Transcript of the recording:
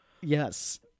Yes